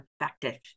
effective